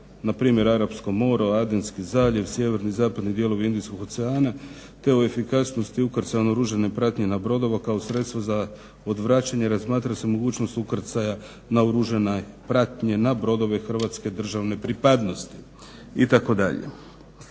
npr. Arapskom moru, Ardinski zaljev, sjeverni-zapadni dijelovi Indijskog oceana, te o efikasnosti ukrcane naoružane pratnje na brodove kao sredstvo za odvraćanje razmatra se mogućnost ukrcaja naoružane pratnje na brodove hrvatske državne pripadnosti itd.